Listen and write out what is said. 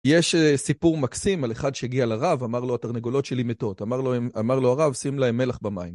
יש סיפור מקסים על אחד שהגיע לרב, אמר לו התרנגולות שלי מתות, אמר לו הרב שים להם מלח במים.